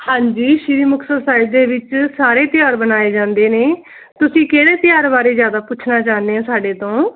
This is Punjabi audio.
ਹਾਂਜੀ ਸ਼੍ਰੀ ਮੁਕਤਸਰ ਸਾਹਿਬ ਦੇ ਵਿੱਚ ਸਾਰੇ ਤਿਉਹਾਰ ਮਨਾਏ ਜਾਂਦੇ ਨੇ ਤੁਸੀਂ ਕਿਹੜੇ ਤਿਉਹਾਰ ਬਾਰੇ ਜਿਆਦਾ ਪੁੱਛਣਾ ਚਾਹੁੰਦੇ ਹੋ ਸਾਡੇ ਤੋਂ